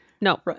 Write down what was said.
no